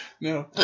No